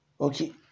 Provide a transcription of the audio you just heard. Okay